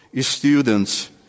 students